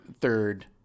third